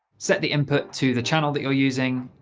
set the input to the channel that you're using,